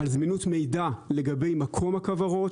על זמינות מידע לגבי מקום הכוורות.